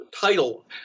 title